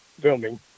filming